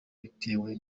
bitewe